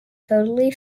totally